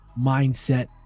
mindset